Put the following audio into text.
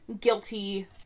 guilty